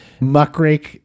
muckrake